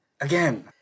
Again